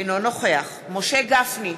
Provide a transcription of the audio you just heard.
אינו נוכח משה גפני,